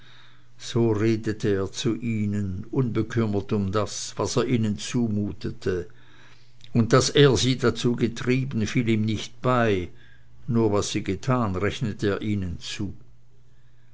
so redete er zu ihnen unbekümmert um das was er ihnen zumutete und daß er sie dazu getrieben fiel ihm nicht bei nur was sie getan rechnete er ihnen zu